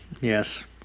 yes